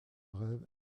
rêve